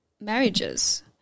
marriages